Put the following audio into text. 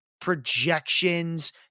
projections